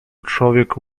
człowiek